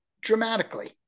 dramatically